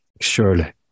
Surely